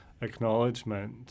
acknowledgement